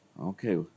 Okay